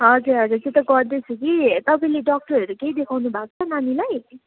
हजुर हजुर त्यो त गर्दैछु कि तपाईँले डक्टरहरू केही देखाउनुभएको छ नानीलाई